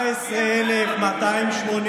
ראש הממשלה נתניהו הצביע בעד הגירוש שלהם,